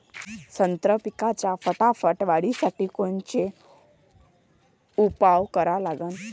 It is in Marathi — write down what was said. संत्रा पिकाच्या फटाफट वाढीसाठी कोनचे उपाव करा लागन?